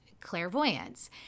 clairvoyance